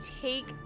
take